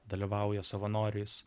dalyvauja savanoriais